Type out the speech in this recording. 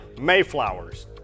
Mayflowers